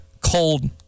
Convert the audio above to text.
cold